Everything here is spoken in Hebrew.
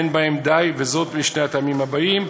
אין בהן די, משני הטעמים שלהלן,